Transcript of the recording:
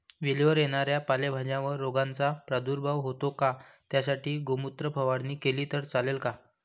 वेलीवर येणाऱ्या पालेभाज्यांवर रोगाचा प्रादुर्भाव होतो का? त्यासाठी गोमूत्र फवारणी केली तर चालते का?